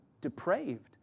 depraved